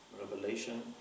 Revelation